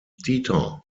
dieter